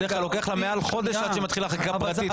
בדרך כלל לוקח לה מעל חודש עד שהיא מתחילה חקיקה פרטית.